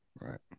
Right